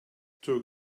two